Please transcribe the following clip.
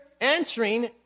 answering